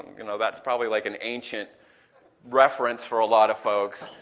you know, that's probably like an ancient reference for a lot of folks.